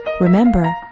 Remember